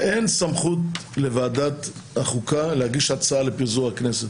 אין סמכות לוועדת החוקה להגיש הצעה לפיזור הכנסת.